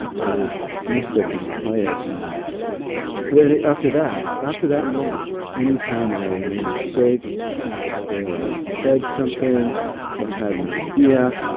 i was mystic and quiet and so after that after that moment, any time i made a mistake or i said something or had an idea,